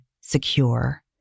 secure